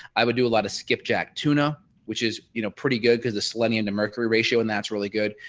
i would do lot of skipjack tuna which is you know pretty good because the sledding and to mercury ratio and that's really good.